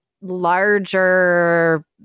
larger